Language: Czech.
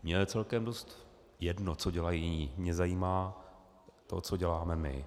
Mně je celkem dost jedno, co dělají jiní, mě zajímá to, co děláme my.